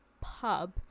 pub